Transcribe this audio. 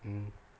mmhmm